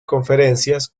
conferencias